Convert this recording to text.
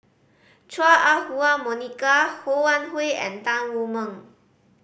Chua Ah Huwa Monica Ho Wan Hui and Tan Wu Meng